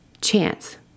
chance